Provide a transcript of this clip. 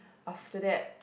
after that